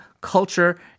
culture